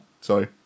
Sorry